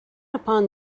upon